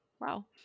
Wow